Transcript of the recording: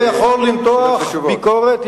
אתה יכול למתוח ביקורת,